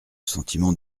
sentiment